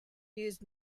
used